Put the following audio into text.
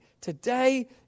Today